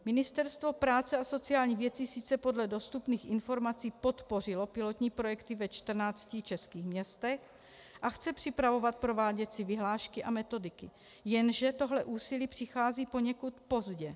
Ministerstvo práce a sociálních věcí sice podle dostupných informací podpořilo pilotní projekty ve 14 českých městech a chce připravovat prováděcí vyhlášky a metodiky, jenže tohle úsilí přichází poněkud pozdě.